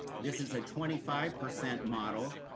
this is a twenty five percent model,